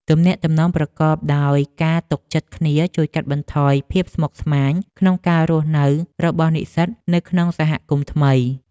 ទំនាក់ទំនងប្រកបដោយការទុកចិត្តគ្នាជួយកាត់បន្ថយភាពស្មុគស្មាញក្នុងការរស់នៅរបស់និស្សិតនៅក្នុងសហគមន៍ថ្មី។